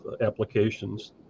applications